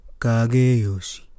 Kageyoshi